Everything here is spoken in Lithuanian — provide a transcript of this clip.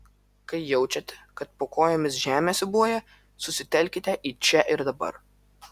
kai jaučiate kad po kojomis žemė siūbuoja susitelkite į čia ir dabar